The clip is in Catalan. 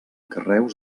carreus